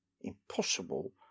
impossible